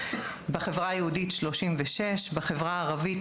36 בחברה היהודית ו-35 בחברה הערבית.